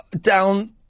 down